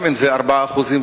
גם אם זה 4% ו-5%,